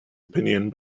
opinion